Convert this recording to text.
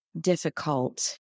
difficult